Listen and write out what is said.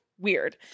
weird